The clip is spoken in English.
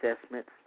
assessments